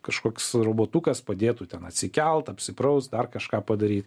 kažkoks robotukas padėtų ten atsikelt apsipraust dar kažką padaryt